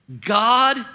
God